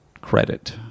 credit